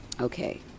Okay